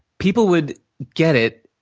people would get it,